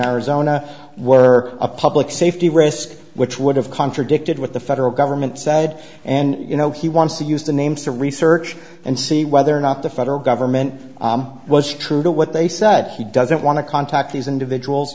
arizona were a public safety risk which would have contradicted what the federal government said and you know he wants to use the names to research and see whether or not the federal government was true to what they said he doesn't want to contact these individuals